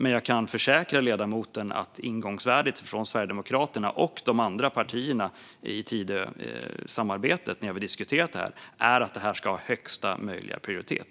Men jag kan försäkra ledamoten att ingångsvärdet från Sverigedemokraterna och de andra partierna i Tidösamarbetet när vi har diskuterat detta har varit att det ska ha högsta möjliga prioritet.